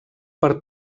per